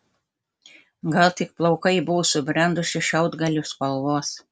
gal tik plaukai buvo subrendusio šiaudgalio spalvos